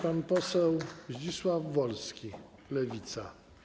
Pan poseł Zdzisław Wolski, Lewica.